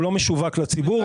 הוא לא משווק לציבור.